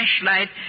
flashlight